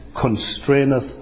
constraineth